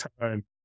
time